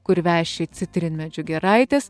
kur veši citrinmedžių giraitės